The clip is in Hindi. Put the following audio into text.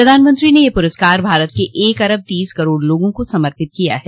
प्रधानमंत्री ने यह पुरस्कार भारत के एक अरब तीस करोड़ लोगों को समर्पित किया है